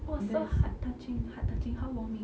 it was so heart touching heart touching heart warming